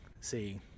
see